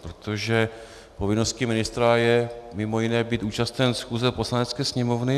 Protože povinností ministra je mimo jiné být účasten schůze Poslanecké sněmovny.